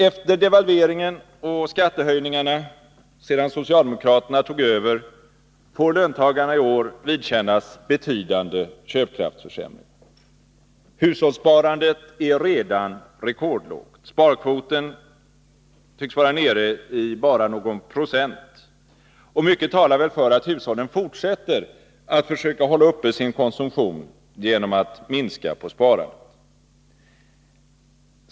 Efter devalveringen och skattehöjningarna sedan socialdemokraterna tog över får löntagarna i år vidkännas en betydande köpkraftsförsämring. Hushållssparandet är redan rekordlågt. Sparkvoten tycks vara nere i bara någon procent. Mycket talar väl för att hushållen fortsätter att försöka hålla uppe sin konsumtion genom att minska på sparandet.